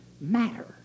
matter